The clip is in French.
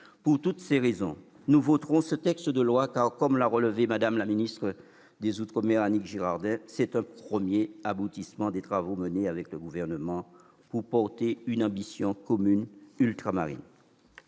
Pour toutes ces raisons, nous voterons ce texte de loi, car, comme l'a relevé Mme la ministre des outre-mer, Annick Girardin, il constitue un « premier aboutissement des travaux menés avec le Gouvernement pour porter une ambition commune ultramarine